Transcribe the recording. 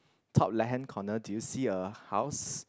top left hand corner do you see a house